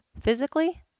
physically